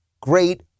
great